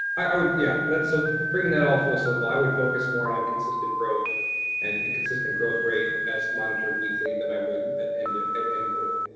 i would, yeah. so bring that all full circle, i would focus more on consistent growth and and consistent growth rate as monitored weekly than i would at end at end goal.